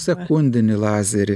sekundinį lazerį